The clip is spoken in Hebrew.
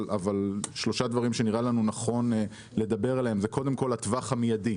אבל שלושה דברים שנראה לנו נכון לדבר עליהם זה קודם כל הטווח המיידי,